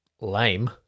Lame